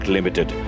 Limited